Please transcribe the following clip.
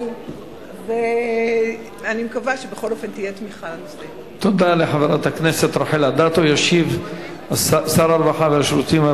ואני לא מבינה למה הורידו אותה,